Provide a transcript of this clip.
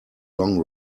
long